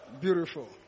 Beautiful